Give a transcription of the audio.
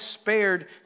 spared